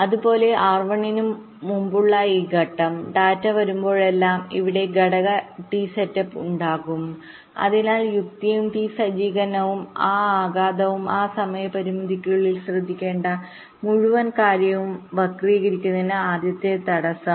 അതുപോലെ R1 ന് മുമ്പുള്ള ഈ ഘട്ടം ഡാറ്റ വരുമ്പോഴെല്ലാം ഇവിടെ ഘടക ടി സെറ്റപ്പ്ഉണ്ടാകും അതിനാൽ യുക്തിയും ടി സജ്ജീകരണവും ആ ആഘാതവും ആ സമയ പരിധിക്കുള്ളിൽ ശ്രദ്ധിക്കേണ്ട മുഴുവൻ കാര്യവും വക്രീകരിക്കുക ഇതാണ് ആദ്യത്തെ തടസ്സം